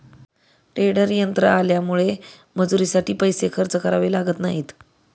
tedder यंत्र आल्यामुळे मजुरीसाठी पैसे खर्च करावे लागत नाहीत